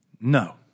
No